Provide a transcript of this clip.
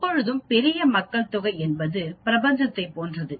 எப்போதுமே பெரிய மக்கள் தொகை என்பது பிரபஞ்சத்தைப் போன்றது